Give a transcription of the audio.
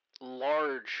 large